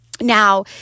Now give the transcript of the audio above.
Now